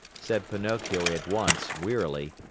said pinocchio at once wearily,